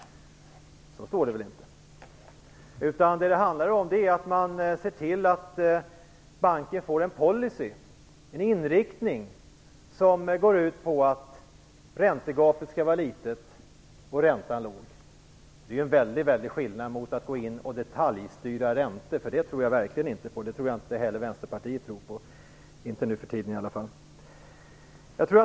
Så står det väl inte. Vad det handlar om är att man skall se till att banken får en policy, en inriktning, som går ut på att räntegapet skall vara litet och räntan skall vara låg. Det är ju en väldig skillnad mot att gå in och detaljstyra räntor, för det tror jag verkligen inte på. Det tror nog inte heller Vänsterpartiet på, inte nu för tiden i alla fall.